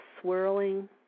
swirling